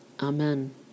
Amen